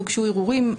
הוגשו ערעורים.